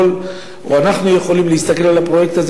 שאנחנו יכולים להסתכל על הפרויקט הזה